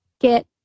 get